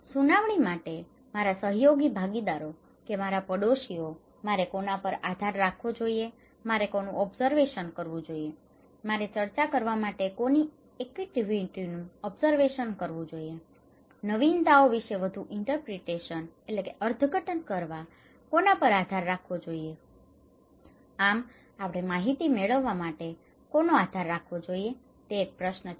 સુનાવણી માટે મારે મારા સહયોગી ભાગીદારો કે મારા પાડોશીઓ મારે કોના પર આધાર રાખવો જોઈએ મારે કોનું ઓબસર્વેશન કરવું જોઈએ મારે ચર્ચા કરવા માટે કોની ઍક્ટિવિટીનું activities પ્રવૃત્તિઓ ઓબસર્વેશન observation અવલોકન કરવું જોઈએ નવીનતાઓ વિશે વધુ ઇન્ટરપ્રિટેશન interpretations અર્થઘટન કરવા માટે મારે કોના પર આધાર રાખવો જોઈએ આમ આપણે માહિતી મેળવવા માટે કોને આધાર રાખવો જોઈએ તે પ્રશ્ન છે